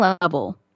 level